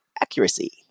accuracy